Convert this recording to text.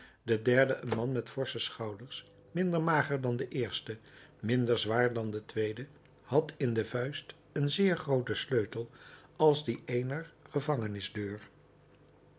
de derde een man met forsche schouders minder mager dan de eerste minder zwaar dan de tweede had in de vuist een zeer grooten sleutel als die eener gevangenisdeur